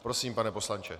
Prosím, pane poslanče.